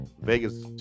Vegas